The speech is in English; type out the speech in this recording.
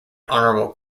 honorable